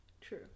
True